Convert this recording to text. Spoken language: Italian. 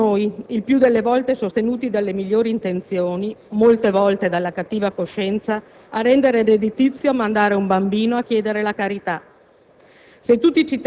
Così siamo noi, il più delle volte sostenuti dalle migliori intenzioni, molte volte dalla cattiva coscienza, a rendere redditizio mandare un bambino a chiedere la carità.